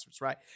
right